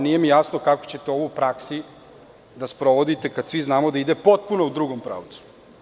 Nije mi jasno kako ćete to u praksi da sprovodite kada znamo da to ide u potpuno drugom pravcu.